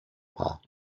paar